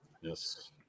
yes